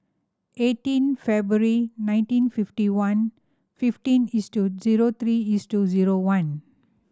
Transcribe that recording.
eighteen February nineteen fifty one fifteen is to zero three is to zero one